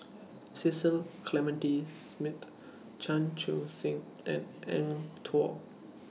Cecil Clementi Smith Chan Chun Sing and Eng Tow